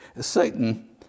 Satan